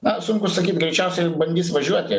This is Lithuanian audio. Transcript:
na sunku sakyt greičiausiai bandys važiuoti